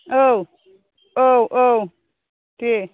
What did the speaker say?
औ औ औ दे